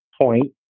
point